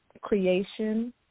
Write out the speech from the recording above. creation